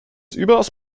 überaus